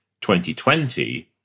2020